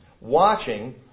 watching